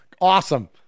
Awesome